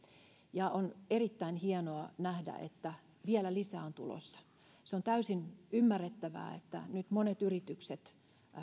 ja on erittäin hienoa nähdä että vielä lisää on tulossa on täysin ymmärrettävää että nyt monet yritykset